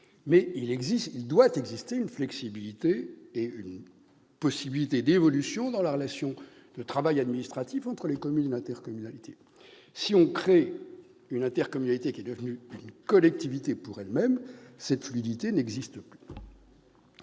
ministère de l'intérieur ...- et une possibilité d'évolution dans la relation administrative entre les communes et l'intercommunalité. Si l'on crée une intercommunalité qui devient une collectivité pour elle-même, cette fluidité n'existe plus.